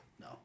No